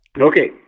Okay